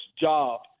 job